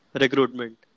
recruitment